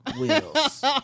wheels